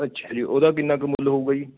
ਅੱਛਾ ਜੀ ਉਹਦਾ ਕਿੰਨਾ ਕੁ ਮੁੱਲ ਹੋਊਗਾ ਜੀ